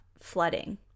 flooding